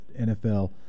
NFL